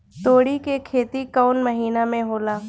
तोड़ी के खेती कउन महीना में होला?